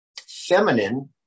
feminine